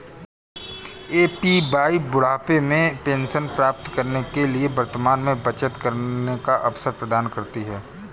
APY बुढ़ापे में pension प्राप्त करने के लिए वर्तमान में बचत करने का अवसर प्रदान करती है